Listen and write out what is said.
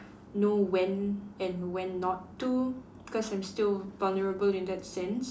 know when and when not to because I'm still vulnerable in that sense